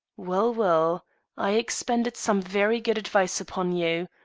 well, well i expended some very good advice upon you.